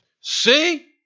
See